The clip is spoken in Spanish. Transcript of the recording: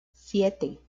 siete